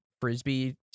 frisbee